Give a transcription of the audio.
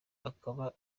akaba